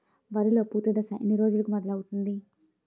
వరిలో పూత దశ ఎన్ని రోజులకు మొదలవుతుంది?